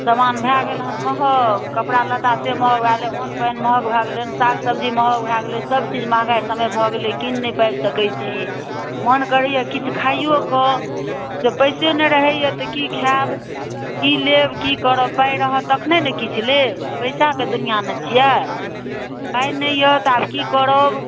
समान भऽ गेल हँ महग कपड़ालत्तासे महग भऽ गेलै अन्न पानि महग भऽ गेलै साग सब्जी महग भऽ गेलै सबचीज महगाइ समय भऽ गेलै कीनि नहि पाबि सकै छी मोन करैए किछु खाइओके से पइसे नहि रहैए तऽ कि खाएब कि लेब कि करब पाइ रहत तखने ने किछु लेब पइसाके दुनिआ ने छिए पाइ नहि अइ तऽ आब कि करब